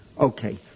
Okay